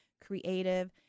creative